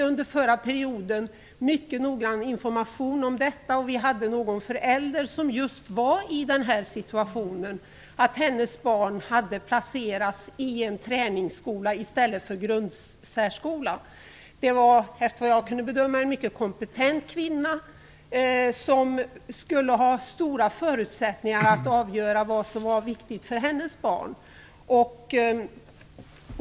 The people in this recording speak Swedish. Under förra perioden fick vi mycket noggrann information om detta, och vi hade kontakt med någon förälder som var i just den situationen att hennes barn hade placerats i en träningsskola i stället för i en grundsärskola. Såvitt jag kunde bedöma var detta en mycket kompetent kvinna som skulle ha stora förutsättningar att avgöra vad som var viktigt för hennes barn.